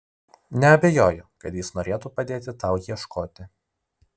neabejoju kad jis norėtų padėti tau ieškoti